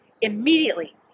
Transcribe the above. immediately